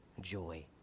joy